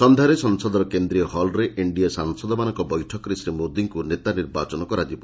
ସଂଧ୍ୟାରେ ସଂସଦର କେନ୍ଦ୍ରୀୟ ହଲ୍ରେ ଏନ୍ଡିଏ ସାଂସଦମାନଙ୍କ ବୈଠକରେ ଶ୍ରୀ ମୋଦିଙ୍କୁ ନେତା ନିର୍ବାଚନ କରାଯିବ